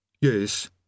Yes